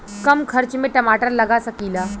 कम खर्च में टमाटर लगा सकीला?